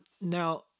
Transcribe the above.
Now